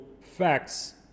facts